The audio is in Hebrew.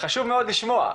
חשוב מאוד לשמוע.